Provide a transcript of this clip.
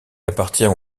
appartient